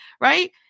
right